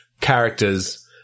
characters